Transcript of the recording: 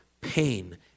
pain